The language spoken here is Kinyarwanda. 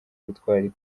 ubutwari